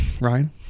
Ryan